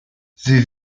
sie